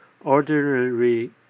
ordinary